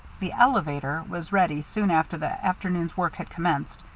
the elevator was ready soon after the afternoon's work had commenced.